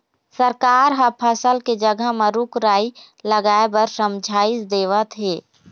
सरकार ह फसल के जघा म रूख राई लगाए बर समझाइस देवत हे